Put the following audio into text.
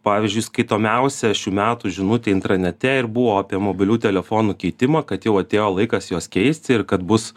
pavyzdžiui skaitomiausia šių metų žinutė intranete ir buvo apie mobilių telefonų keitimą kad jau atėjo laikas juos keisti ir kad bus